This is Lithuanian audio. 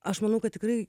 aš manau kad tikrai